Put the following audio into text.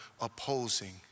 opposing